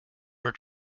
were